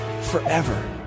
forever